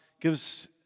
gives